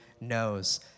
knows